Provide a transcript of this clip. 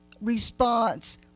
response